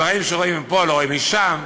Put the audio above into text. דברים שרואים מפה לא רואים משם.